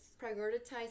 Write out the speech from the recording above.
prioritize